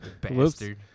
bastard